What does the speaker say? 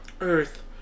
earth